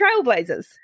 Trailblazers